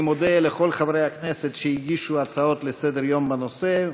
אני מודה לכל חברי הכנסת שהגישו הצעות לסדר-היום בנושא,